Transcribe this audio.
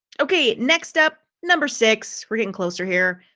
okay, next up, number six, we're getting closer here.